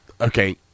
okay